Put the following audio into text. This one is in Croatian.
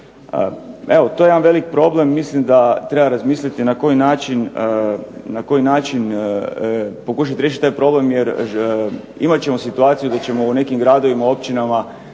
Evo, to je jedan veliki problem i mislim da treba razmisliti na koji način pokušati riješiti taj problem, jer imat ćemo situaciju da ćemo u nekim gradovima, općinama